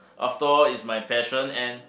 after all it's my passion and